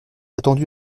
attendu